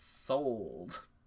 Sold